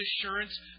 assurance